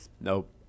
nope